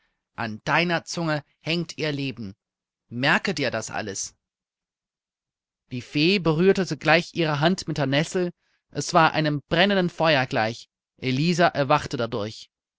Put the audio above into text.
an deiner zunge hängt ihr leben merke dir das alles die fee berührte zugleich ihre hand mit der nessel es war einem brennenden feuer gleich elisa erwachte dadurch